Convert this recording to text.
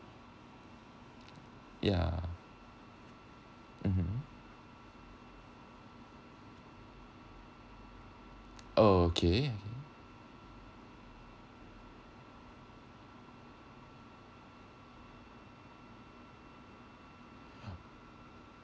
yeah mmhmm okay okay